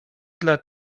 dla